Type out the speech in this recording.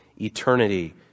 eternity